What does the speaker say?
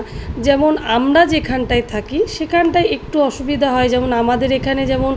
যেমন আমরা যেখানটায় থাকি সেখানটায় একটু অসুবিধা হয় যেমন আমাদের এখানে যেমন